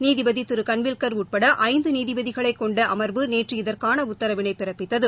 நீதிபதி திரு கன்வில்கா உட்பட ஐந்து நீதிபதிகளைக் கொண்ட அமா்வு நேற்று இதற்கான உத்தரவினை பிறப்பித்தது